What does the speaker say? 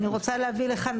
אני רוצה להביא לכאן,